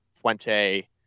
fuente